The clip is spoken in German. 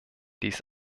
dies